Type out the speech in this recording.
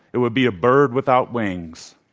it would be a bird without wings.